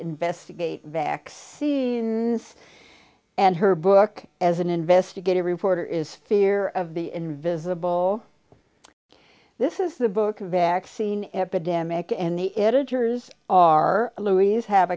investigate vaccine and her book as an investigative reporter is fear of the invisible this is the book vaccine epidemic and the editors are louise